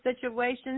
situations